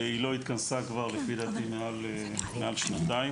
היא לא התכנסה כבר מעל שנתיים.